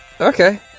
Okay